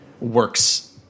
works